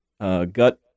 gut